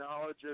knowledge